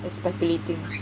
I speculating